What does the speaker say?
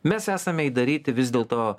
mes esame įdaryti vis dėlto